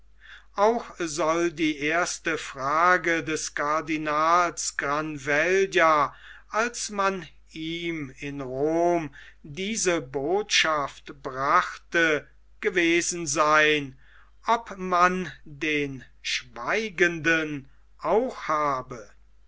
auch soll die erste frage des cardinals granvella als man ihm in rom diese botschaft brachte gewesen sein ob man den schweigenden auch habe